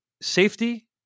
safety